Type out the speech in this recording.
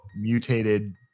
mutated